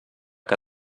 que